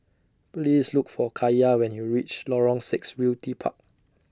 Please Look For Kaiya when YOU REACH Lorong six Realty Park